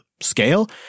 scale